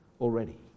already